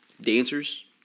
dancers